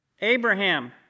Abraham